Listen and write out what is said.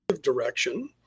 direction